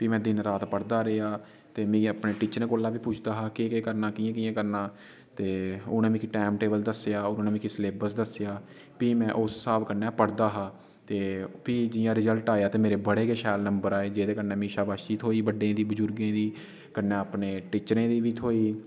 फ्ही में दिन रात पढ़दा रेहा ते मिगी अपने टीचर कोला बी पुच्छदा हा केह् केह् करना कि'यां कि'यां करना ते उ'नें मिगी टाइम टेबल दस्सेआ उ'नें मिगी सिलेबस दस्सेआ फ्ही में उस स्हाब कन्नै पढ़दा हा ते फ्ही जि'यां रिजल्ट आया ते मेरे बड़े गै शैल नम्बर आए जेह्दे कन्नै मिगी शाबाशी थ्होई बड्डे दी बजुर्गें दी कन्नै अपने टीचर दी बी थ्होई